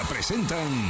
Presentan